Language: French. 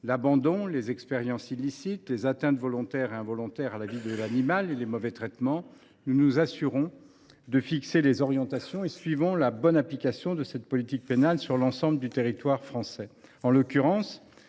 l’abandon, les expériences illicites, les atteintes volontaires et involontaires à la vie de l’animal, ainsi que les mauvais traitements. Nous nous assurons de fixer les orientations et suivons la bonne application de cette politique pénale sur l’ensemble du territoire français.